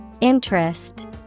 Interest